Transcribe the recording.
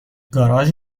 گاراژ